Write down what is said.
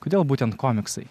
kodėl būtent komiksai